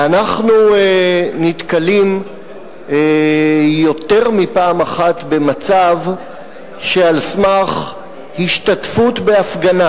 ואנחנו נתקלים יותר מפעם אחת במצב שעל סמך השתתפות בהפגנה,